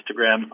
Instagram